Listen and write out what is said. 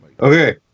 Okay